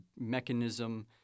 mechanism